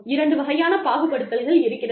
இரண்டு வகையான பாகுபடுத்துதல்கள் இருக்கிறது